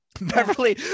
Beverly